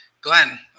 Glenn